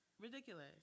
Ridiculous